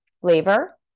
flavor